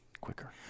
quicker